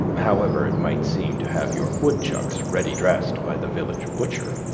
however it might seem to have your woodchucks ready dressed by the village butcher.